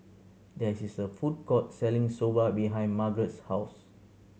there is a food court selling Soba behind Margarett's house